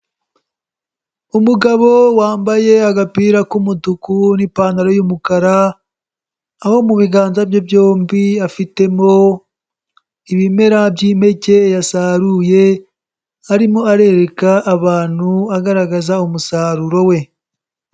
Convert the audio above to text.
Umugabo wambaye agapira k'umutuku n'ipantaro y'umukara aho mu biganza bye byombi afitemo ibimera by'impeke yasaruye, arimo arereka abantu agaragaza umusaruro we.